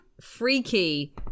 Freaky